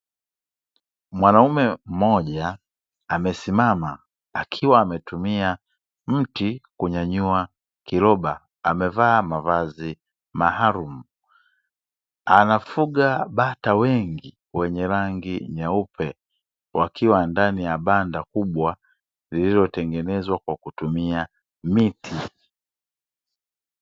Mwanaume mmoja amesimama akiwa ametumia mti kunyanyua kiroba amevaa mavazi maalumu. Anafuga bata wengi wenye rangi nyeupe, wakiwa kwenye banda kubwa lililotengenezwa kwa kutumia miti.